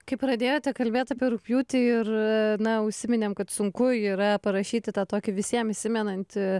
kai pradėjote kalbėt apie rugpjūtį ir na užsiminėm kad sunku yra parašyti tą tokį visiem įsimenantį